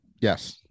Yes